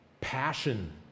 passion